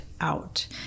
out